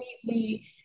completely